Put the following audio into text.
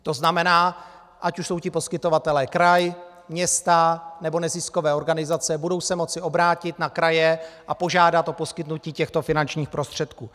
To znamená, ať už jsou ti poskytovatelé kraj, města nebo neziskové organizace, budou se moci obrátit na kraje a požádat o poskytnutí těchto finančních prostředků.